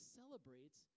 celebrates